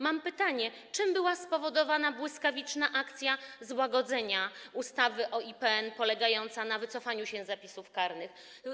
Mam pytanie: Czym była spowodowana błyskawiczna akcja złagodzenia ustawy o IPN polegająca na wycofaniu się z zapisów karnych?